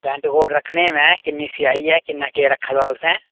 pant coat रक्खने मैं किन्नी सिआई ऐ किन्ना केह् रक्खे दा तुसें